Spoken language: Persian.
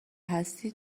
هستی